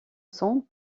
sang